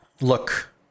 Look